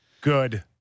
good